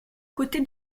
côté